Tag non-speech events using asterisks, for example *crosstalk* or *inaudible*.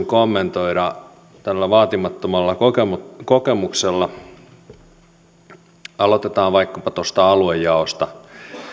*unintelligible* kommentoida tällä vaatimattomalla kokemuksella aloitetaan vaikkapa tuosta aluejaosta